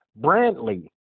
Brantley